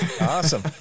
awesome